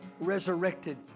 resurrected